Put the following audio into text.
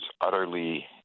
utterly